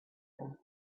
them